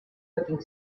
looking